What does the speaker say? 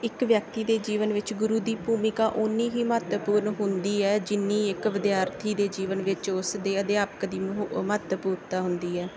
ਇੱਕ ਵਿਅਕਤੀ ਦੇ ਜੀਵਨ ਵਿੱਚ ਗੁਰੂ ਦੀ ਭੂਮਿਕਾ ਉੱਨੀ ਹੀ ਮਹੱਤਵਪੂਰਨ ਹੁੰਦੀ ਹੈ ਜਿੰਨੀ ਇੱਕ ਵਿਦਿਆਰਥੀ ਦੇ ਜੀਵਨ ਵਿੱਚ ਉਸ ਦੇ ਅਧਿਆਪਕ ਦੀ ਮਹੱਤਵਪੂਰਨਤਾ ਹੁੰਦੀ ਹੈ